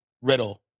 Riddle